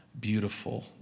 beautiful